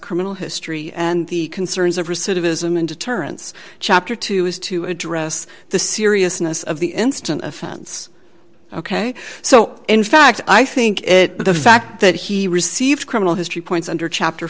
criminal history and the concerns of recidivism and deterrence chapter two is to address the seriousness of the instant offense ok so in fact i think the fact that he received criminal history points under chapter